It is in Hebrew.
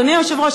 אדוני היושב-ראש,